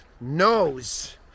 knows